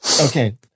okay